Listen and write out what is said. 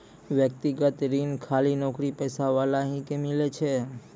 व्यक्तिगत ऋण खाली नौकरीपेशा वाला ही के मिलै छै?